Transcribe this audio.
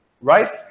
right